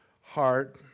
heart